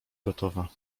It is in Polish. gotowa